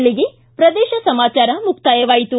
ಇಲ್ಲಿಗೆ ಪ್ರದೇಶ ಸಮಾಚಾರ ಮುಕ್ತಾಯವಾಯಿತು